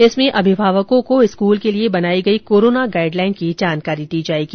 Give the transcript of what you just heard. इसमें अभिभावकों को स्कूल के लिए बनाई गई कोरोना गाइडलाइन की जानकारी दी जाएगी